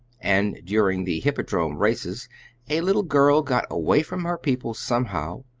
and during the hippodrome races a little girl got away from her people somehow,